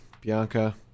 Bianca